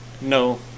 No